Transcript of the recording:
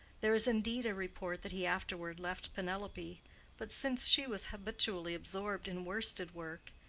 there is indeed a report that he afterward left penelope but since she was habitually absorbed in worsted work,